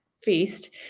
Feast